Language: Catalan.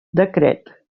decret